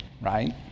right